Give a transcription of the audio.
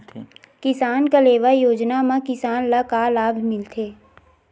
किसान कलेवा योजना म किसान ल का लाभ मिलथे?